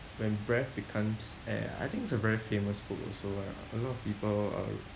when breath becomes air I think it's a very famous book also uh a lot of people uh